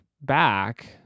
back